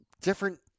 different